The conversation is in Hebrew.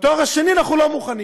בתואר שני אנחנו לא מוכנים.